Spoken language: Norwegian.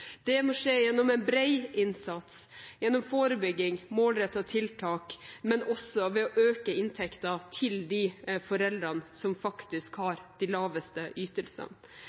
det må skje gjennom en bred innsats, gjennom forebygging og målrettede tiltak, men også ved å øke inntekten til de foreldrene som faktisk har de laveste ytelsene.